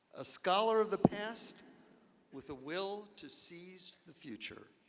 a scholar of the past with a will to seize the future